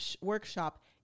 workshop